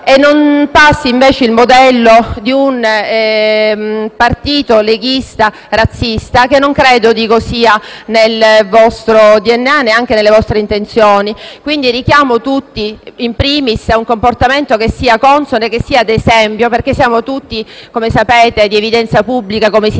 che non passi, invece, il modello di un partito leghista razzista, che non credo sia nel loro DNA e neanche nelle loro intenzioni. Quindi, richiamo tutti, *in primis* a un comportamento che sia consono e di esempio, perché noi siamo tutti, come sapete, di evidenza pubblica. I